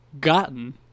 gotten